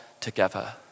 together